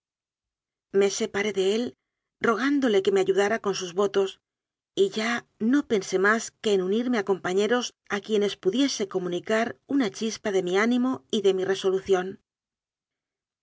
me separé de él rogándole que me ayudara con sus votos y ya no pensé más que en unirme a compañeros a quienes pudiese comunicar una chispa de mi ánimo y de mi resolución